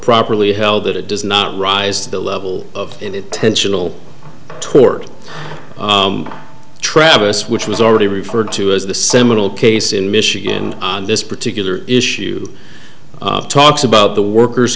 properly held that it does not rise to the level of intentional toward travis which was already referred to as the seminal case in michigan on this particular issue talks about the workers